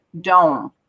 dome